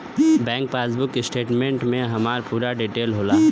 bank passbook statement में हमार पूरा डिटेल होला